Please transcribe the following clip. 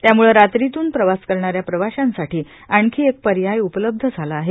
त्याम्ळा रात्रीतून प्रवास करणाऱ्या प्रवाशास्राठी आणखी एक पर्याय उपलब्ध झाला आहे